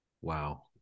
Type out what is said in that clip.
wow